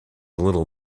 little